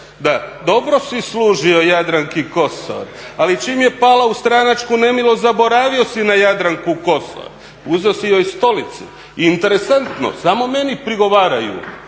Da, dobro si služio Jadranki Kosor. Ali čim je pala u stranačku nemilost zaboravio si na Jadranku Kosor, uzeo si joj stolicu. I interesantno samo meni prigovaraju